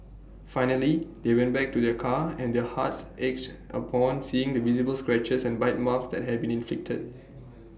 finally they went back to their car and their hearts achy upon seeing the visible scratches and bite marks that had been inflicted